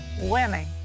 winning